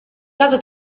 casa